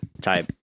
type